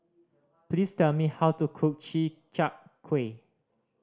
please tell me how to cook chi chak kuih